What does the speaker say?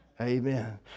Amen